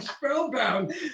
Spellbound